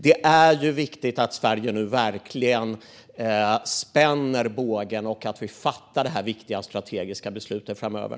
Det är viktigt att Sverige nu verkligen spänner bågen och att vi fattar detta strategiskt viktiga beslut framöver.